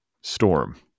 storm